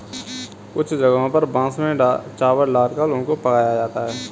कुछ जगहों पर बांस में चावल डालकर उनको पकाया जाता है